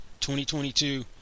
2022